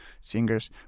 singers